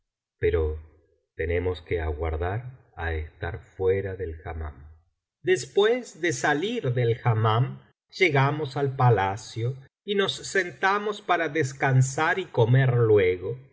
pero tenemos que aguardar á estar fuera del hammam después de salir del hammam llegamos al palacio y nos sentamos para descansar y comer luego